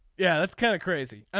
yeah it's kind of crazy. and